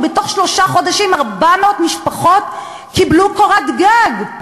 ובתוך שלושה חודשים 400 משפחות קיבלו קורת גג.